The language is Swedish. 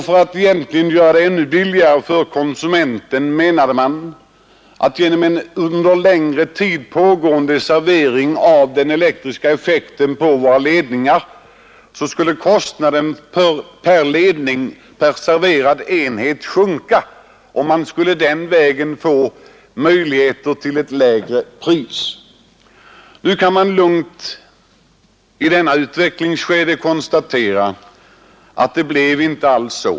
Man menade dessutom att en under längre tid pågående servering av den elektriska effekten på ledningarna skulle göra det ännu billigare för konsumenten; kostnaden per serverad enhet skulle därigenom sjunka, och man skulle på den vägen kunna sänka priset. I det nuvarande utvecklingsskedet kan man lugnt konstatera att det blev inte alls så.